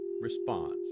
response